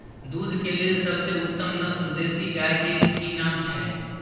दूध के लेल सबसे उत्तम नस्ल देसी गाय के की नाम छै?